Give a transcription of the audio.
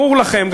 ברור לכם,